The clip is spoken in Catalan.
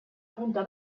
punta